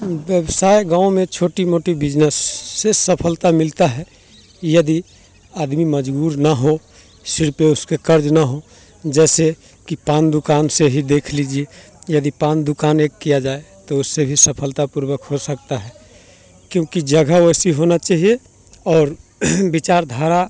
व्यवसाय गाँव में छोटी मोटी बिजनेस से सफलता मिलता है यदि आदमी मजबूर ना हो सिर पे उसके कर्ज़ ना हो जैसे कि पान दुकान से ही देख लीजिए यदि पान दुकान एक किया जाए तो उससे ही सफलतापूर्वक हो सकता है क्योंकि जगह वैसी होना चाहिए और विचारधारा